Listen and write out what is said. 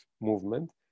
movement